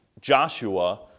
Joshua